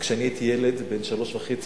כשהייתי ילד בן שלוש וחצי,